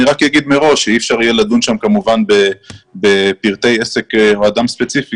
אני רק אומר מראש שאי אפשר יהיה לדון שם כמובן בפרטי עסק או אדם ספציפי